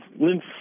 lymph